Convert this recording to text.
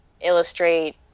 illustrate